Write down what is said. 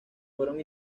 fueron